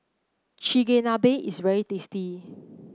chigenabe is very tasty